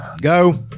Go